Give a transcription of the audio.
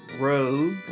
rogue